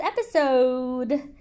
episode